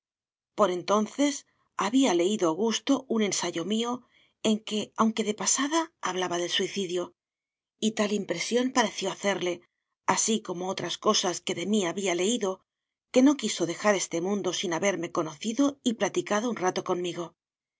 por entonces había leído augusto un ensayo mío en que aunque de pasada hablaba del suicidio y tal impresión pareció hacerle así como otras cosas que de mí había leído que no quiso dejar este mundo sin haberme conocido y platicado un rato conmigo